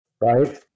right